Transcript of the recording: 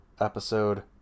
episode